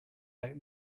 out